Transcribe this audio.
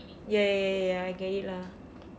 ya ya ya ya ya I get it lah